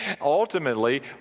ultimately